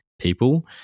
people